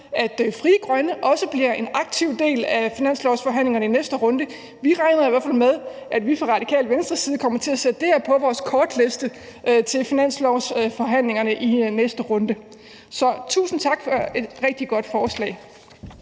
at Frie Grønne også bliver en aktiv del af finanslovsforhandlingerne i næste runde. Vi regner i hvert fald med, at vi fra Radikale Venstres side kommer til at sætte det her på vores kortliste til finanslovsforhandlingerne i næste runde. Så tusind tak for et rigtig godt forslag.